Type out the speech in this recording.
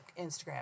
Instagram